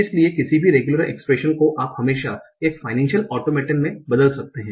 इसलिए किसी भी रेगुलर एक्सप्रेशन को आप हमेशा एक फाइनेन्शल ऑटोमेटन में बदल सकते हैं